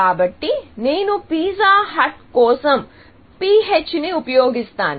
కాబట్టి నేను Pizza Hut కోసం PH ని ఉపయోగిస్తాను